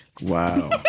wow